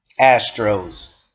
Astros